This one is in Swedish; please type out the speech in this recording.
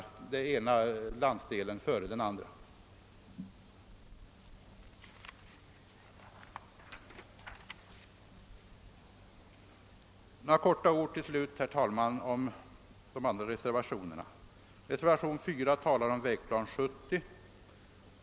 Några korta ord, herr talman, om de andra reservationerna. Reservationen 4 talar om Vägplan 70.